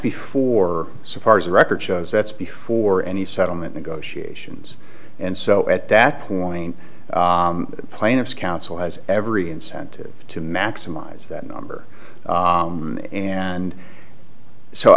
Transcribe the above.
before so far as the record shows that's before any settlement negotiations and so at that point the plaintiff's counsel has every incentive to maximize that number and so